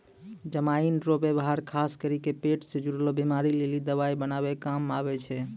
जमाइन रो वेवहार खास करी के पेट से जुड़लो बीमारी लेली दवाइ बनाबै काम मे आबै छै